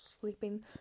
sleeping